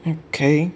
okay